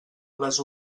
les